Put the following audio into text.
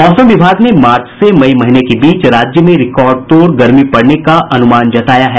मौसम विभाग ने मार्च से मई महीने के बीच में राज्य में रिकॉर्ड तोड़ गर्मी पड़ने का अनुमान जताया है